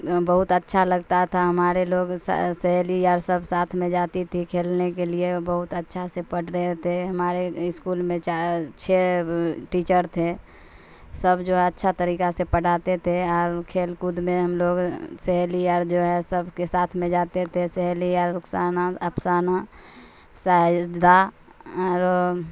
بہت اچھا لگتا تھا ہمارے لوگ سہیلی یار سب ساتھ میں جاتی تھی کھیلنے کے لیے بہت اچھا سے پڑھ رہے تھے ہمارے اسکول میں چار چھ ٹیچر تھے سب جو ہے اچھا طریقہ سے پڑھاتے تھے اور کھیل کود میں ہم لوگ سہیلی یار جو ہے سب کے ساتھ میں جاتے تھے سہیلی یار رخسانہ افسانہ شاہدہ اور